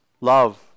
love